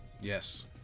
Yes